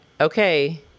okay